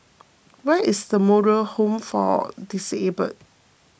where is the Moral Home for Disabled